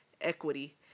equity